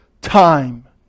time